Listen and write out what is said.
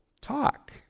talk